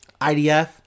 IDF